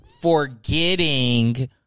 forgetting